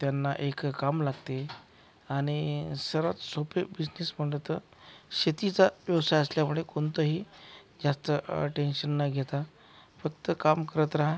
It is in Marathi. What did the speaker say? त्यांना एक काम लागते आणि सर्वात सोपे बिझनेस म्हणलं तर शेतीचा व्यवसाय असल्यामुळे कोणतंही जास्त टेंशन न घेता फक्त काम करत रहा